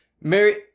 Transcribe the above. Mary